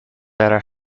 data